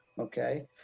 okay